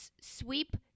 sweep